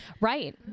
right